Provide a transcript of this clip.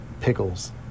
pickles